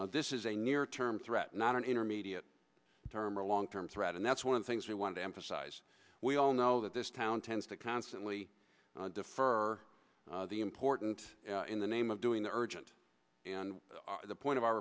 this is a near term threat not an intermediate term or long term threat and that's one of the things we want to emphasize we all know that this town tends to constantly defer the important in the name of doing the urgent and the point of our